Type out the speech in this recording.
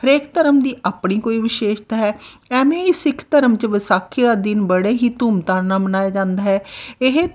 ਹਰੇਕ ਧਰਮ ਦੀ ਆਪਣੀ ਕੋਈ ਵਿਸ਼ੇਸ਼ਤਾ ਹੈ ਐਵੇਂ ਹੀ ਸਿੱਖ ਧਰਮ 'ਚ ਵਿਸਾਖੀ ਦਾ ਦਿਨ ਬੜੇ ਹੀ ਧੂਮ ਧਾਮ ਨਾਲ ਮਨਾਇਆ ਜਾਂਦਾ ਹੈ ਇਹ